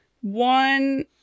one